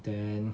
then